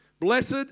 Blessed